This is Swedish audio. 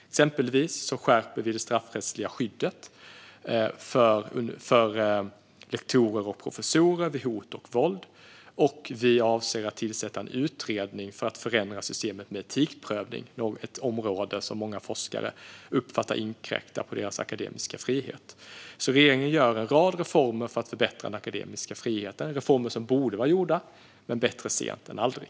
Exempelvis skärper vi det straffrättsliga skyddet för rektorer och professorer vid hot och våld. Vi avser också att tillsätta en utredning för att förändra systemet med etikprövning, ett område som många forskare uppfattar inkräktar på deras akademiska frihet. Regeringen gör alltså en rad reformer för att förbättra den akademiska friheten. Det är reformer som borde ha varit gjorda redan, men bättre sent än aldrig.